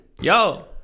Yo